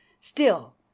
Still